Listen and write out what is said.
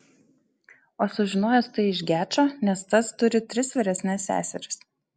o sužinojęs tai iš gečo nes tas turi tris vyresnes seseris